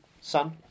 son